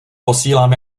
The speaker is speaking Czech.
posílám